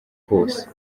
kose